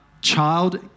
child